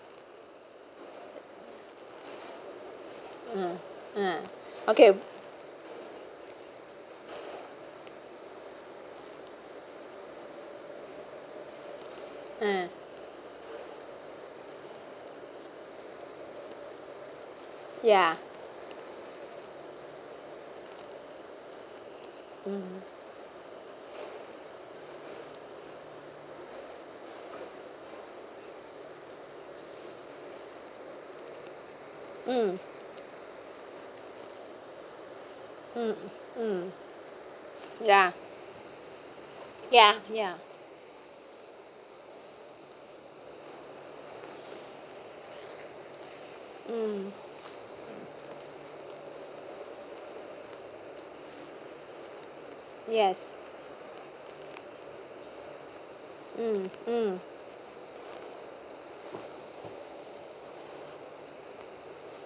mm uh okay uh ya mm mm mm ya ya ya mm yes mm mm